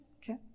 okay